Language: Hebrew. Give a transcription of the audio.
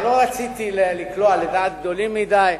לא רציתי לקלוע לדעת גדולים מדי.